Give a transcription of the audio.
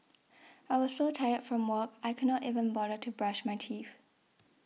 I was so tired from work I could not even bother to brush my teeth